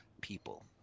people